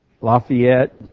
Lafayette